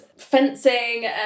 fencing